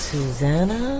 Susanna